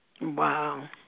Wow